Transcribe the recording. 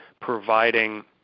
providing